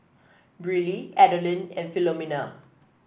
Briley Adeline and Philomena